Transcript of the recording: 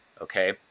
Okay